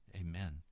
Amen